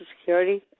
Security